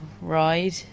ride